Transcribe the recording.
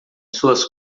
suas